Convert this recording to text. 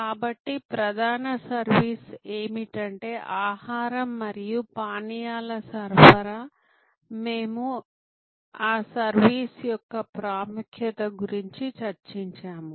కాబట్టి ప్రధాన సర్వీస్ ఏమిటంటే ఆహారం మరియు పానీయాల సరఫరా మేము ఆ సర్వీస్ యొక్క ప్రాముఖ్యత గురించి చర్చించాము